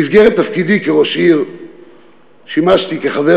במסגרת תפקידי כראש עיר שימשתי כחבר